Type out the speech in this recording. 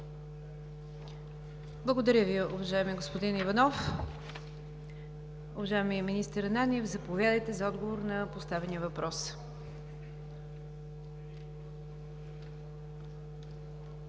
Благодаря Ви, уважаеми господин Иванов. Уважаеми министър Ананиев, заповядайте за отговор на поставения въпрос.